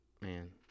man